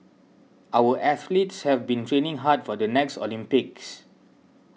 our athletes have been training hard for the next Olympics